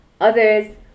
Others